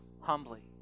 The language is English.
humbly